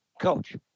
Coach